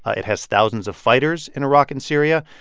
it has thousands of fighters in iraq and syria.